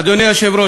אדוני היושב-ראש,